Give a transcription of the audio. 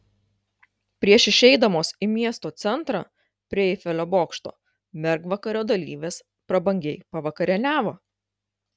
prieš išeidamos į miesto centrą prie eifelio bokšto mergvakario dalyvės prabangiai pavakarieniavo